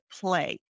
play